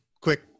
quick